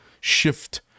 shift